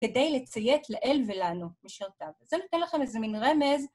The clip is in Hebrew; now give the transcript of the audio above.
כדי לציית לאל ולנו משרתיו, וזה נותן לכם איזה מין רמז.